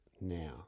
now